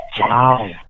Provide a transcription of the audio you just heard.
Wow